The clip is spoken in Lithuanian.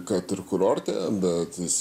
kad ir kurorte bet jis